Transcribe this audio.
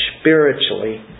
spiritually